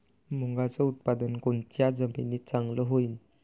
मुंगाचं उत्पादन कोनच्या जमीनीत चांगलं होईन?